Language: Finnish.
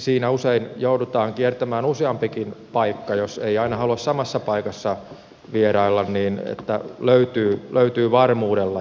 siinä usein joudutaan kiertämään useampikin paikka jos ei aina halua samassa paikassa vierailla että löytyy varmuudella